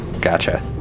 gotcha